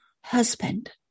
husband